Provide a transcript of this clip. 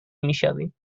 میشویم